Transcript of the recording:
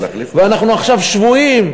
ואנחנו עכשיו שבויים,